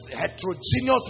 heterogeneous